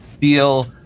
feel